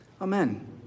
amen